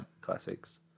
classics